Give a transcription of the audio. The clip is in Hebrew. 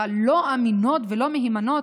הלא-אמינות ולא מהימנות,